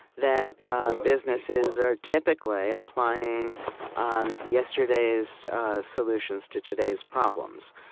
that businesses are typically applying um yesterday's solutions to today's problems.